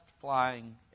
flying